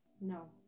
No